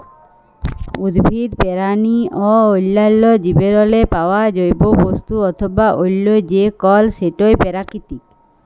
উদ্ভিদ, পেরানি অ অল্যাল্য জীবেরলে পাউয়া জৈব বস্তু অথবা অল্য যে কল সেটই পেরাকিতিক